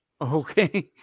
Okay